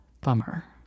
Bummer